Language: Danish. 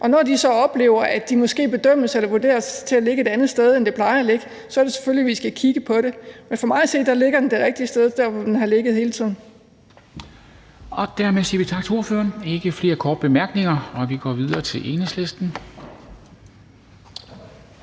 og når de så oplever, at det måske bedømmes eller vurderes til at ligge et andet sted, end det plejer at ligge, er det selvfølgelig, at vi skal kigge på det. Men for mig at se ligger det det rigtige sted der, hvor det har ligget hele tiden. Kl. 18:35 Formanden (Henrik Dam Kristensen): Dermed siger vi tak til ordføreren. Der er ikke flere korte bemærkninger, og vi går videre til Enhedslisten